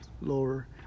lower